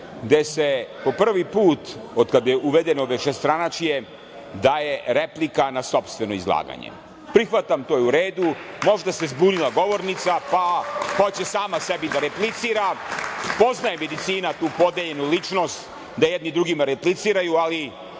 gde se po prvi put od kad je uvedeno višestranačje daje replika na sopstveno izlaganje. Prihvatam, to je u redu, možda se zbunila govornica, pa hoće sama sebi da replicira. Poznaje medicina tu podeljenu ličnost, da jedni drugima repliciraju, ali